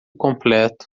completo